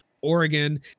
Oregon